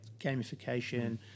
gamification